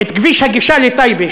את כביש הגישה לטייבה,